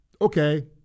okay